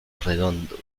redondo